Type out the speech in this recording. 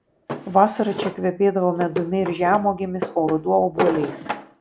vasara čia kvepėdavo medumi ir žemuogėmis o ruduo obuoliais